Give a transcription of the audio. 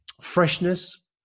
Freshness